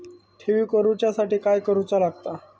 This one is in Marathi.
ठेवी करूच्या साठी काय करूचा लागता?